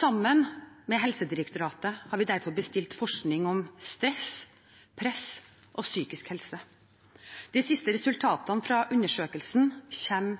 Sammen med Helsedirektoratet har vi derfor bestilt forskning om stress, press og psykisk helse. De siste resultatene fra undersøkelsen